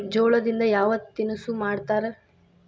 ಜೋಳದಿಂದ ಯಾವ ತಿನಸು ಮಾಡತಾರ?